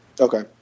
Okay